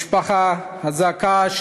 משפחה חזקה,